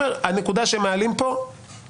הנקודה שהם מעלים פה קיימת.